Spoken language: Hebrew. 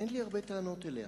אין לי הרבה טענות אליה.